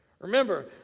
Remember